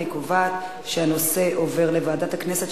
אני קובעת שהנושא עובר לוועדת הכנסת,